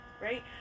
right